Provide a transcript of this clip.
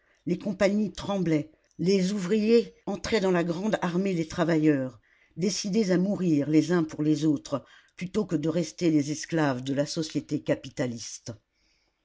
les compagnies tremblaient les ouvriers entraient dans la grande armée des travailleurs décidés à mourir les uns pour les autres plutôt que de rester les esclaves de la société capitaliste